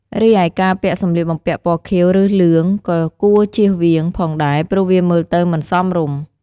រីឯការពាក់សម្លៀកបំពាក់ពណ៌ខៀវ ឬលឿង ក៏គួរជៀសវាងផងដែរព្រោះវាមើលទៅមិនសមរម្យ។